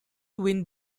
wind